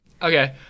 Okay